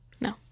No